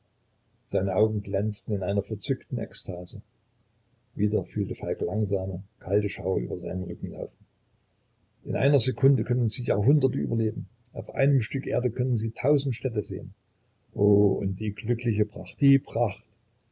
seine augen glänzten in einer verzückten ekstase wieder fühlte falk langsame kalte schauer über seinen rücken laufen in einer sekunde können sie jahrhunderte überleben auf einem stück erde können sie tausend städte sehen oh und die glückliche pracht die pracht